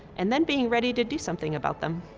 and then being ready to do something about them,